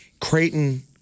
Creighton